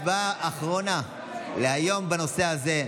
הצבעה אחרונה להיום בנושא הזה,